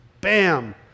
bam